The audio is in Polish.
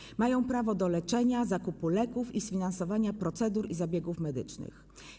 Osoby te mają prawo do leczenia, zakupu leków i sfinansowania procedur i zabiegów medycznych.